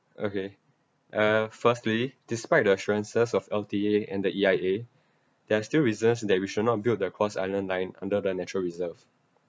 okay uh firstly despite the assurances of L_T_A and the E_I_A there are still reasons that we should not build the cross island line under the natural reserve